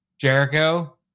Jericho